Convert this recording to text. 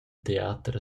teater